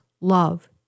love